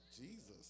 Jesus